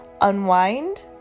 unwind